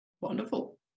Wonderful